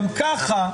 גם ככה,